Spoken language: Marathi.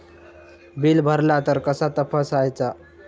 बिल भरला तर कसा तपसायचा?